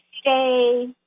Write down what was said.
stay